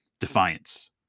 defiance